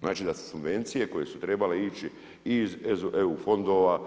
Znači da subvencije koje su trebale ići iz EU fondova,